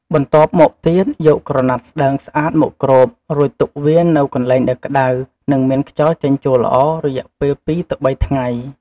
បន្ទាប់មកទៀត យកក្រណាត់ស្តើងស្អាតមកគ្រប់ រួចទុកវានៅកន្លែងដែលក្តៅ និងមានខ្យល់ចេញចូលល្អ រយៈពេល ២-៣ ថ្ងៃ។